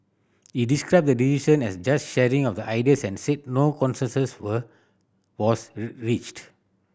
he described the decision as just sharing of ideas and said no consensus were was reached